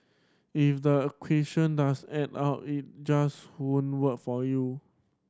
if the equation does add up if just won't work for you